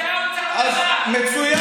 את זה האוצר, מצוין.